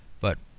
but,